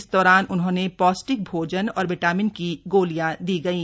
इस दौरान उन्हें पौष्टिक भोजन और विटामिन की गोलियां दी गयी